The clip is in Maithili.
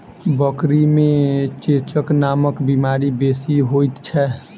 बकरी मे चेचक नामक बीमारी बेसी होइत छै